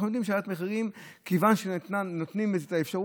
אנחנו יודעים שזה במיוחד משתלב בעליית המחירים הכללית ויש לזה משמעות.